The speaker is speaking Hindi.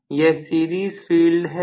यह सीरीज फील्ड है